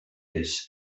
this